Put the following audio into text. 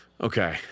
Okay